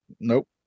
Nope